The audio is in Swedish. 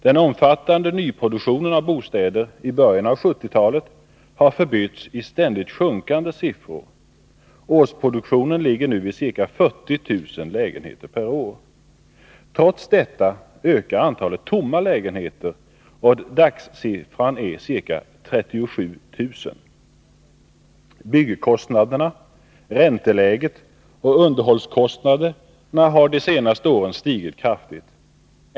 Den omfattande nyproduktionen av bostäder i början på 1970-talet har förbytts i ständigt sjunkande siffror. Årsproduktionen ligger nu vid ca 40 000 lägenheter. Trots detta ökar antalet tomma lägenheter och dagssiffran är ca 37 000 lägenheter. Byggkostnaderna, ränteläget och underhållskostnaderna har de senaste åren stigit kraftigt.